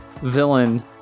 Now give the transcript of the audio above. villain